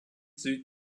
süd